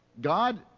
god